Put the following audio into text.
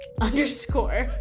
underscore